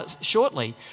shortly